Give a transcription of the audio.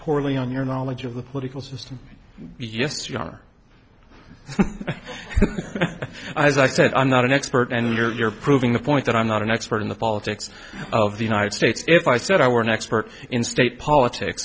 poorly on your knowledge of the political system yes you are as i said i'm not an expert and you're proving the point that i'm not an expert in the politics of the united states if i said i were an expert in state politics